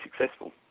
successful